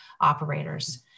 operators